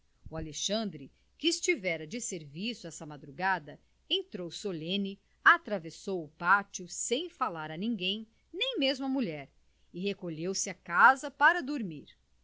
alexandre que estivera de serviço essa madrugada entrou solene atravessou o pátio sem falar a ninguém nem mesmo à mulher e recolheu-se à casa para dormir